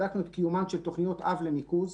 בדקנו את קיומן של תוכניות אב לניקוז.